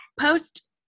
post